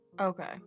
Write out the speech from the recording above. Okay